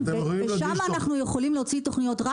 ושם אנחנו יכולים להוציא תוכניות,